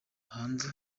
hanze